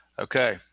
Okay